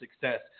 success